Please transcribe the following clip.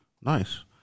Nice